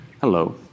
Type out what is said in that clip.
hello